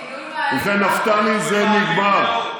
ובכן, נפתלי, זה נגמר.